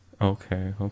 Okay